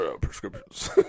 Prescriptions